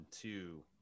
two